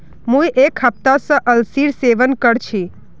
मुई एक हफ्ता स अलसीर सेवन कर छि